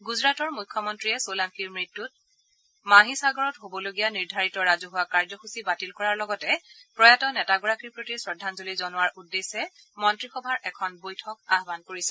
গুজৰাটৰ মুখ্যমন্ত্ৰীয়ে চোলাংকীৰ মৃত্যুত মাহিসাগৰত হবলগীয়া নিৰ্ধাৰিত ৰাজহুৱা কাৰ্যসূচী বাতিল কৰাৰ লগতে প্ৰয়াত নেতাগৰাকীৰ প্ৰতি শ্ৰদ্ধাঞ্জলি জনোৱাৰ উদ্দেশ্যে মন্ত্ৰীসভাৰ এখন বৈঠক আহান কৰিছে